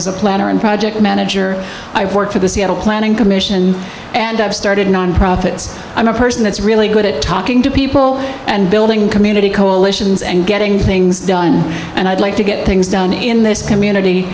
as a planner and project manager i work for the seattle planning commission and i've started nonprofits i'm a person that's really good at talking to people and building community coalitions and getting things done and i'd like to get things done in this community